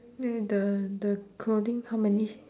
then the the clothing how many